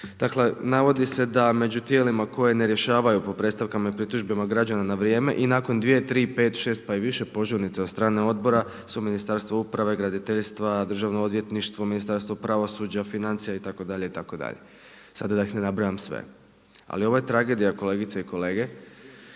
Dakle, navodi se da među tijelima koja ne rješavaju po predstavkama i pritužbama građana na vrijeme i nakon dvije, tri, pet, šest pa i više požurnica od strane odbora su Ministarstvo uprave, graditeljstva, Državno odvjetništvo, Ministarstvo pravosuđa, financija itd. itd. sada da ih ne nabrajam sve. Ali ovo je tragedija kolegice i kolege,